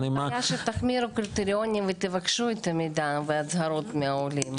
אין בעיה שתחמירו קריטריונים ותבקשו את המידע וההצהרות מהעולים,